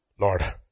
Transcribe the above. Lord